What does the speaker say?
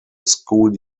school